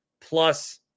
plus